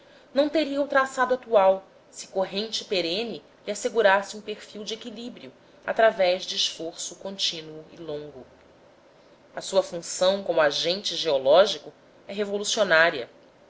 não teria o traçado atual se corrente perene lhe assegurasse um perfil de equilíbrio através de esforço contínuo e longo a sua função como agente geológico é revolucionária